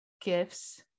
gifts